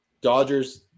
Dodgers –